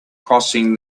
crossing